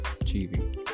achieving